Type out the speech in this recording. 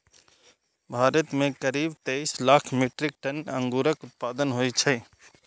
भारत मे करीब तेइस लाख मीट्रिक टन अंगूरक उत्पादन होइ छै